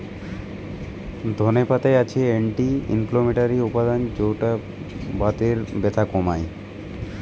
ধনে পাতায় আছে অ্যান্টি ইনফ্লেমেটরি উপাদান যৌটা বাতের ব্যথা কমায়